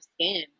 skin